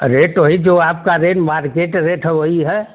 rate वही जो आपका रेट मार्केट रेट है वही है